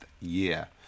year